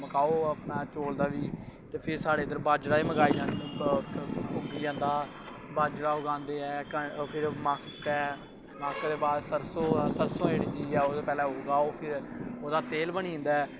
Macau अपना चौल दा बी ते फिर साढ़े इद्दर बाज्जरा बी उग्गी जंदा बाज्जरा उगांदे ऐं फिर मक्क ऐ मक्क दे बाद सरसों जेह्ड़ी उगाओ पैह्लैं ओह्दा तेल बनी जंदा ऐ